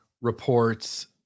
reports